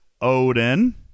Odin